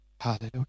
Hallelujah